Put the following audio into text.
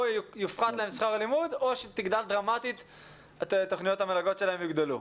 או יופחת להם שכר הלימוד או שתוכניות המלגות שלהם יוגדלו.